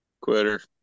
quitter